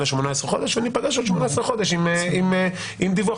ל18 חודשים וניפגש עוד 18 חודשים עם דיווח.